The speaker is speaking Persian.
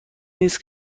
نیست